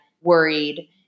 worried